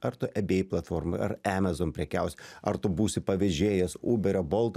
ar tu ebay platformoj ar amazon prekiausi ar tu būsi pavežėjas uberio bolto